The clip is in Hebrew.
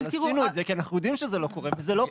אבל עשינו את זה כי אנחנו יודעים שזה לא קורה וזה לא פתרון.